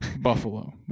buffalo